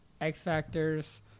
x-factors